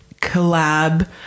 collab